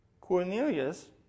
Cornelius